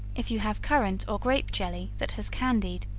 if you have currant or grape jelly that has candied,